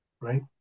right